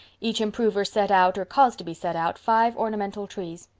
each improver set out, or caused to be set out, five ornamental trees.